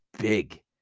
big